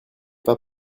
pas